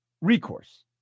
recourse